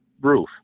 roof